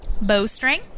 Bowstring